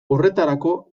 horretarako